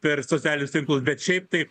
per socialinius tinklus bet šiaip tai